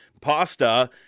Pasta